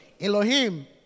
Elohim